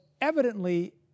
evidently